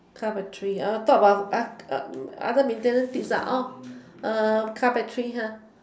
car battery talk about other maintenance things car battery